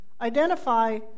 identify